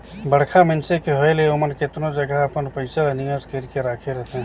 बड़खा मइनसे के होए ले ओमन केतनो जगहा अपन पइसा ल निवेस कइर के राखे रहथें